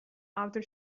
outer